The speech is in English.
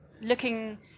looking